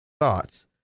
thoughts